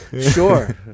Sure